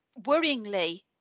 worryingly